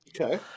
Okay